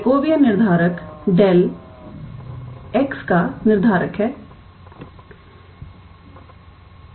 Jacobian निर्धारक del x का निर्धारक है